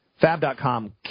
Fab.com